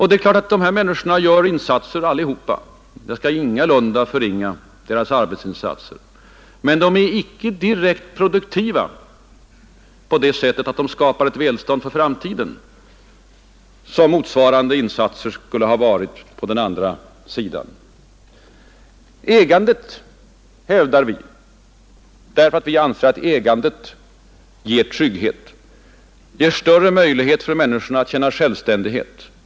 Det är klart att alla dessa människor gör insatser — jag skall ingalunda förringa deras arbete — men de är icke direkt produktiva på det sättet att de skapar ett välstånd för framtiden, vilket motsvarande insatser på den andra sidan skulle ha gjort. Vi hävdar ägandet därför att vi anser att ägandet ger människorna större möjlighet att känna trygghet.